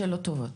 שאלות טובות,